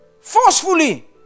Forcefully